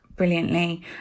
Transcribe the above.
Brilliantly